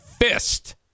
fist